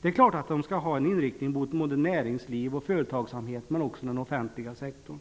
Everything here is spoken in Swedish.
Det är klart att de skall ha en inriktning mot både näringsliv och företagsamhet men också mot den offentliga sektorn.